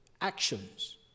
actions